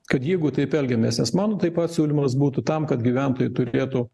kad jeigu taip elgiamės nes mano taip pat siūlymas būtų tam kad gyventojai turėtų